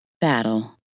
Battle